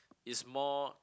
is more